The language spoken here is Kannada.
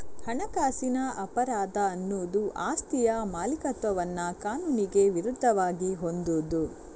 ಹಣಕಾಸಿನ ಅಪರಾಧ ಅನ್ನುದು ಆಸ್ತಿಯ ಮಾಲೀಕತ್ವವನ್ನ ಕಾನೂನಿಗೆ ವಿರುದ್ಧವಾಗಿ ಹೊಂದುವುದು